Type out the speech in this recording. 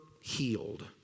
healed